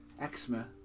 eczema